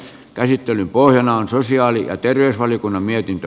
käsittelyn pohjana on sosiaali ja terveysvaliokunnan mietintö